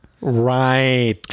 Right